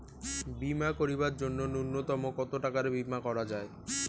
বীমা করিবার জন্য নূন্যতম কতো টাকার বীমা করা যায়?